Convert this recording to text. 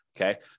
okay